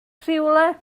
rhywle